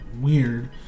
weird